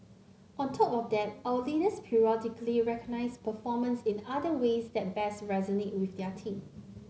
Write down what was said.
on top of that our leaders periodically recognise performance in other ways that best resonate with their team